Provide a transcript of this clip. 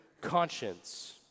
conscience